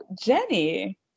Jenny